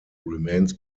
remains